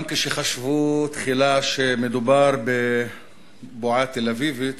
חשבו בתחילה שמדובר בבועה תל-אביבית,